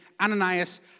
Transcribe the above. Ananias